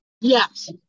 Yes